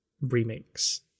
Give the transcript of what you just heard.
remakes